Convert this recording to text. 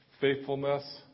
faithfulness